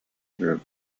group